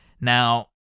Now